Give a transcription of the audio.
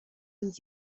sind